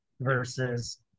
Versus